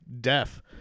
deaf